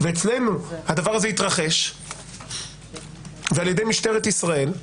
ואצלנו הדבר הזה התרחש על ידי משטרת ישראל,